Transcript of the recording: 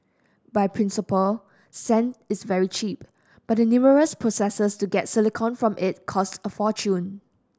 by principle sand is very cheap but the numerous processes to get silicon from it cost a fortune